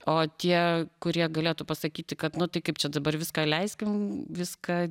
o tie kurie galėtų pasakyti kad nu tai kaip čia dabar viską leiskim viską